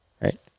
right